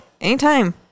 Anytime